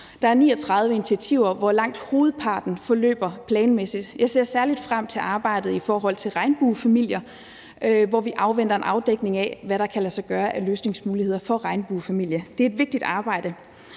Der er 39 initiativer, hvor langt hovedparten forløber planmæssigt. Jeg ser særlig frem til arbejdet i forhold til regnbuefamilier, hvor vi afventer en afdækning af, hvad der kan lade sig gøre af løsningsmuligheder for regnbuefamilier. Det er et vigtigt arbejde.